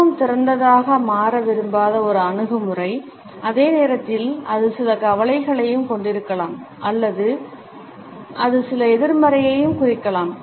மிகவும் திறந்ததாக மாற விரும்பாத ஒரு அணுகுமுறை அதே நேரத்தில் அது சில கவலைகளையும் கொண்டிருக்கலாம் அல்லது அது சில எதிர்மறையையும் குறிக்கலாம்